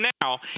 now